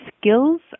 skills